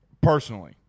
personally